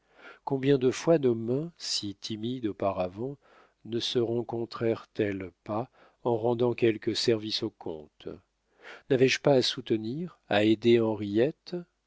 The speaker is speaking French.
combien de fois nos mains si timides auparavant ne se rencontrèrent elles pas en rendant quelque service au comte n'avais-je pas à soutenir à aider henriette